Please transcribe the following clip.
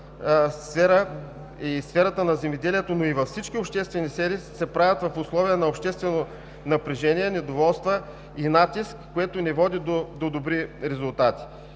сферата на земеделието, но и във всички обществени сфери се правят в условия на обществено напрежение, недоволства и натиск, което не води до добри резултати.